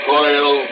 Coil